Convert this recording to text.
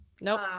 nope